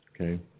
Okay